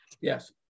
Yes